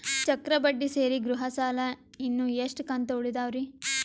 ಚಕ್ರ ಬಡ್ಡಿ ಸೇರಿ ಗೃಹ ಸಾಲ ಇನ್ನು ಎಷ್ಟ ಕಂತ ಉಳಿದಾವರಿ?